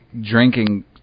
drinking